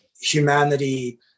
humanity